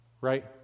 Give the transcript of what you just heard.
Right